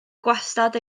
gwastad